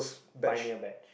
pioneer batch